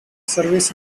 service